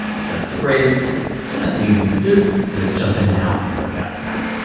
we've done spreads, it's a nice and easy to do, so let's jump in now and workout how.